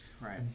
right